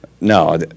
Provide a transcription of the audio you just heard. No